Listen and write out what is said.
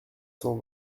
cent